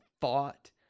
fought